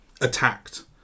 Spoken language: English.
attacked